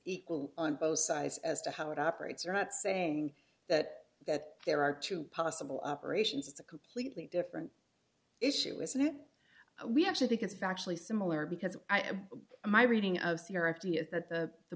equal on both sides as to how it operates you're not saying that that there are two possible operations it's a completely different issue isn't it we actually think it's factually similar because i have my reading of security is that the the